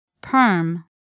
Perm